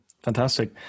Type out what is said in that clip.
Fantastic